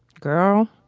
girl,